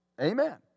amen